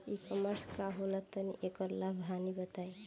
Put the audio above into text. ई कॉमर्स का होला तनि एकर लाभ हानि बताई?